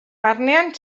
barnean